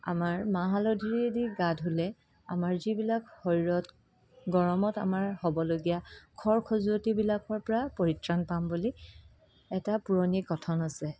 আমাৰ মাহ হালধিৰে দি গা ধুলে আমাৰ যিবিলাক শৰীৰত গৰমত আমাৰ হ'বলগীয়া খৰ খজুৱতিবিলাকৰ পৰা পৰিত্ৰাণ পাম বুলি এটা পুৰণি কথন আছে